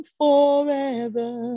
forever